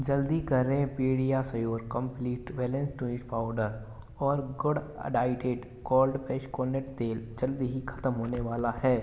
जल्दी करें PediaSure complete balance powder और गुड डाइडेट कोल्ड प्रेस कोरनेट तेल जल्द ही ख़त्म होने वाले हैं